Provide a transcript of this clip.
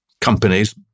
companies